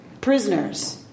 prisoners